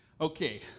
Okay